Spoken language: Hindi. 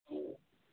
हम्म